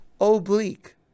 oblique